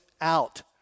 out